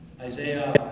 Isaiah